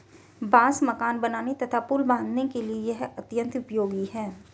बांस मकान बनाने तथा पुल बाँधने के लिए यह अत्यंत उपयोगी है